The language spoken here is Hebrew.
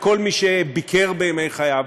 וכל מי שביקר בימי חייו,